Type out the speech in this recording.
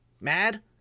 mad